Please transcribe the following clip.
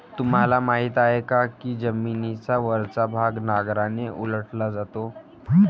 तुम्हाला माहीत आहे का की जमिनीचा वरचा भाग नांगराने उलटला जातो?